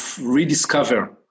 rediscover